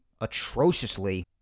atrociously